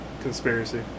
Conspiracy